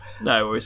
No